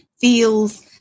feels